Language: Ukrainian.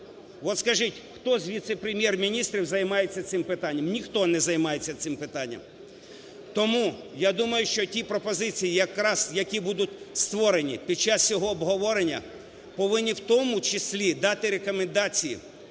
От скажіть, хто з віце-прем'єр-міністрів займається цим питанням? Ніхто не займається цим питанням. Тому, я думаю, що ті пропозиції, якраз які будуть створені під час цього обговорення, повинні, в тому числі, дати рекомендації